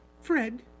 Fred